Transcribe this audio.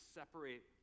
separate